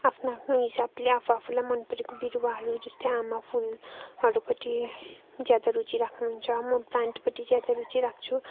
आफ्नो आफ्नो हिसाबले आफू आफूलाई मन परेको बिरुवाहरू जस्तै आमा फुलहरू पट्टि ज्यादा रुचि राख्नु हुन्छ म प्लान्टपट्टि ज्यादा रुचि राख्छु